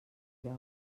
lloc